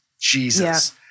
Jesus